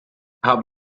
haben